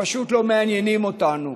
פשוט לא מעניינים אותנו.